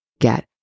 get